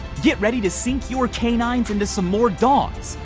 get ready to sink your canines into some more dongs,